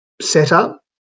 setup